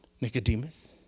Nicodemus